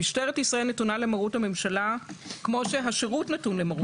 "משטרת ישראל נתונה למרות הממשלה כמו שהשרות נתון למרות ממשלה".